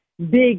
Big